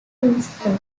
princeton